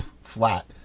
flat